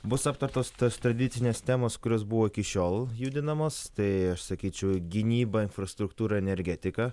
bus aptartos tas tradicinės temos kurios buvo iki šiol judinamos tai aš sakyčiau gynyba infrastruktūra energetika